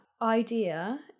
idea